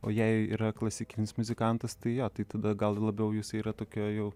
o jei yra klasikinis muzikantas tai jo tai tada gal labiau jis yra tokioj jau